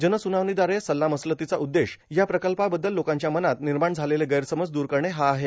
जन सुनावणीद्वारे सल्ला मसलतीचा उद्देश या प्रकल्पाबद्दल लोकांच्या मनात निर्माण झालेलं गैरसमज दूर करणे हा आहे